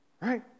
Right